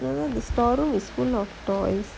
his storeroom is full of toys